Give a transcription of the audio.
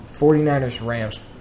49ers-Rams